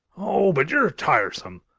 oh! but you're tiresome!